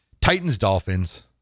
Titans-Dolphins